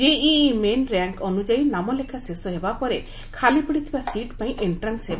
ଜେଇ main rank ଅନୁଯାୟୀ ନାମଲେଖା ଶେଷ ହେବା ପରେ ଖାଲିପଡ଼ିଥିବା ସିଟ୍ ପାଇଁ ଏନ୍ଟ୍ରାନ୍ସ ହେବ